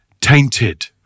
tainted